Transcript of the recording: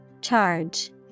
Charge